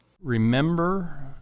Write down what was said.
Remember